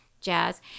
jazz